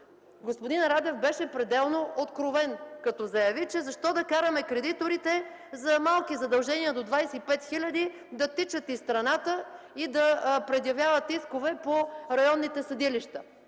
Господин Радев беше пределно откровен, когато заяви: защо да караме кредиторите при малки задължения до 25 хил. лв. да тичат из страната и да предявяват искове пред районните съдилища?